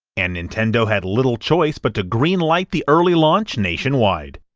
and nintendo had little choice but to green-light the early launch nationwide.